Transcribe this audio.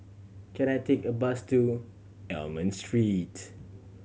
can I take a bus to Almond Street